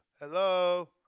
Hello